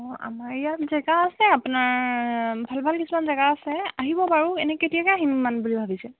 অঁ আমাৰ ইয়াত জেগা আছে আপোনাৰ ভাল ভাল কিছুমান জেগা আছে আহিব বাৰু এনেই কেতিয়াকে আহিম মান বুলি ভাবিছে